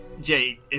Jay